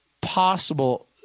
possible